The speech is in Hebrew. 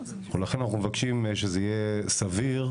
ולכן אנחנו מבקשים שזה יהיה סביר,